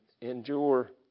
endure